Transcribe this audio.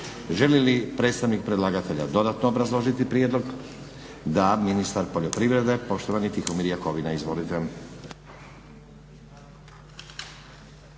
Želi li predstavnik predlagatelja dodano obrazložiti prijedlog? Da. Ministar poljoprivrede poštovani Tihomir Jakovina. Izvolite.